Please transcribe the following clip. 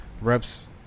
reps